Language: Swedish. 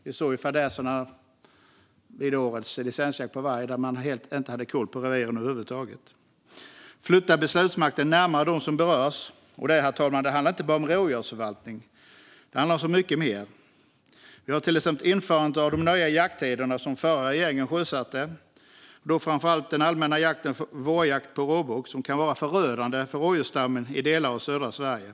Vi såg ju fadäserna vid årets licensjakt på varg där man inte hade koll på reviren över huvud taget. Man kan flytta beslutsmakten närmare dem som berörs. Detta, herr talman, handlar inte bara om rovdjursförvaltning utan om mycket mer. Ett exempel är införandet av de nya jakttiderna, som den förra regeringen sjösatte, framför allt den allmänna vårjakten på råbock, som kan vara förödande för rådjursstammen i delar av södra Sverige.